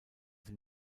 sie